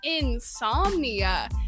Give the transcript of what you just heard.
insomnia